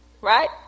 right